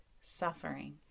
suffering